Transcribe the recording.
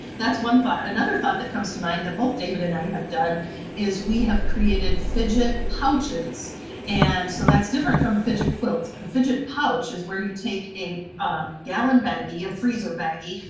that's one thought, another thought that comes to mind that both david and i have done is we have created fidget pouches and so that's different from fidget quilts. a fidget pouch is where you take a gallon baggie, a freezer baggie,